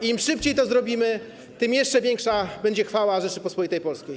Im szybciej to zrobimy, tym jeszcze większa będzie chwała Rzeczypospolitej Polskiej.